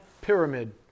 pyramid